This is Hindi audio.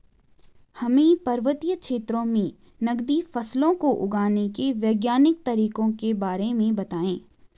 हमें पर्वतीय क्षेत्रों में नगदी फसलों को उगाने के वैज्ञानिक तरीकों के बारे में बताइये?